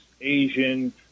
Asian